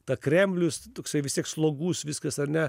ta kremlius toksai vis tiek slogus viskas ar ne